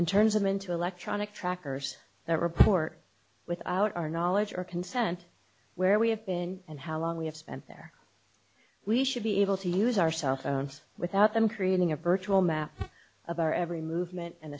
and turns them into electronic trackers that report without our knowledge or consent where we have been and how long we have spent there we should be able to use our cell phones without them creating a virtual map of our every movement an